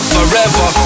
Forever